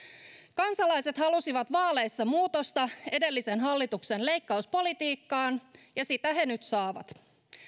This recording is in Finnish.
kansalaiset halusivat vaaleissa muutosta edellisen hallituksen leikkauspolitiikkaan ja sitä he nyt saavat